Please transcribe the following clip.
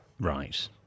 Right